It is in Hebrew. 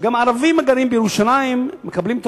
שגם הערבים הגרים בירושלים מקבלים את